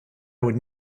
would